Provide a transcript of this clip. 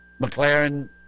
McLaren